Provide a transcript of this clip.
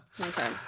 Okay